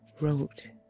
wrote